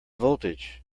voltage